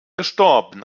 gestorben